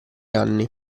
anni